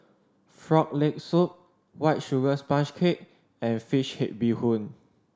Frog Leg Soup White Sugar Sponge Cake and fish head bee hoon